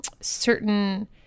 certain